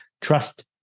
trust